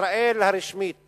וישראל הרשמית